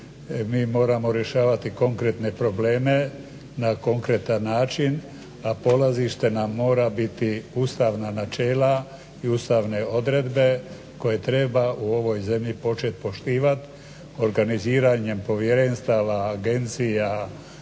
Mi moramo rješavati konkretne probleme na konkretan način, a polazište nam mora biti ustavna načela i ustanove odredbe koje treba u ovoj zemlji početi poštivati. Organiziranjem povjerenstava, agencija